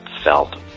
felt